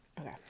Okay